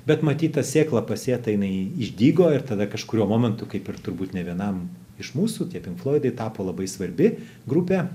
bet matyt ta sėkla pasėta jinai jį išdygo ir tada kažkuriuo momentu kaip ir turbūt nė vienam iš mūsų tie pink floidai tapo labai svarbi grupė